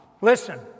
Listen